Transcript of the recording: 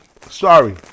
Sorry